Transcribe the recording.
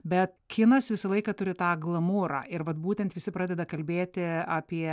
bet kinas visą laiką turi tą glamūrą ir vat būtent visi pradeda kalbėti apie